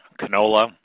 canola